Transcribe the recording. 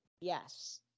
Yes